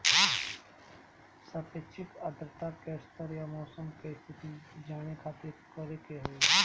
सापेक्षिक आद्रता के स्तर या मौसम के स्थिति जाने खातिर करे के होई?